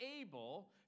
able